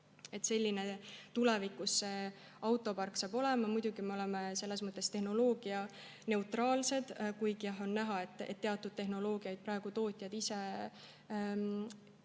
selline tulevikus see autopark olema saab. Muidugi, me oleme tehnoloogianeutraalsed, kuigi on näha, et teatud tehnoloogiaid praegu tootjad ise